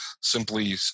simply